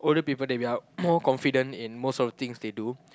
older people they be like more confident in most of the thing they do